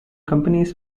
companies